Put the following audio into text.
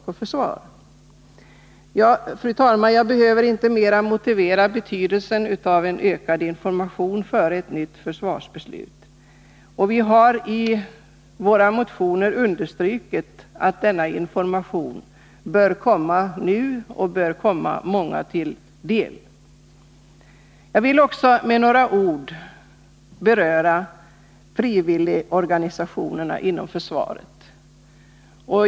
Fru talman! Jag behöver inte mera motivera betydelsen av ökad information före ett nytt försvarsbeslut. Vi har i våra motioner understrukit att denna information bör ges nu och bör komma många till del. Jag vill också med några ord beröra frivilligorganisationerna inom försvaret.